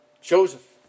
Joseph